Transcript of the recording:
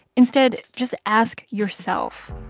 instead, just ask yourself,